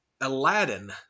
Aladdin